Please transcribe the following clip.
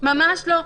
ממש לא.